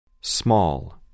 Small